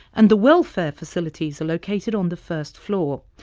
and the welfare facilities are located on the first floor.